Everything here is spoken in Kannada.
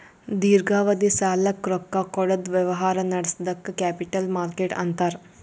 ದೀರ್ಘಾವಧಿ ಸಾಲಕ್ಕ್ ರೊಕ್ಕಾ ಕೊಡದ್ ವ್ಯವಹಾರ್ ನಡ್ಸದಕ್ಕ್ ಕ್ಯಾಪಿಟಲ್ ಮಾರ್ಕೆಟ್ ಅಂತಾರ್